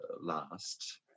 last